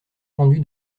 rendu